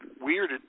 weird